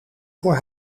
voor